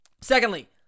Secondly